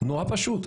נורא פשוט.